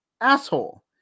asshole